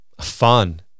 fun